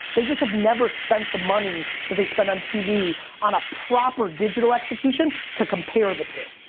they just have never spent the money that they spend on tv on a proper digital execution, to compare the two.